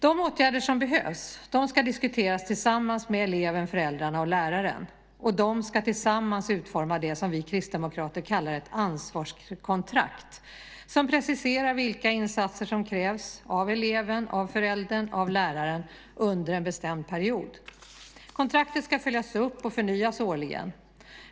De åtgärder som behövs ska diskuteras tillsammans med eleven, föräldrarna och läraren. De ska tillsammans utforma det som vi kristdemokrater kallar ett ansvarskontrakt, som preciserar vilka insatser som krävs av eleven, av föräldern och av läraren under en bestämd period. Kontraktet ska följas upp och förnyas årligen.